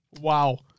Wow